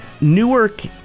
Newark